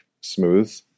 smooth